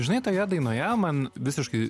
žinai toje dainoje man visiškai